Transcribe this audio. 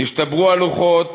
נשתברו הלוחות,